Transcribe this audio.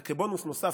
וכבונוס נוסף,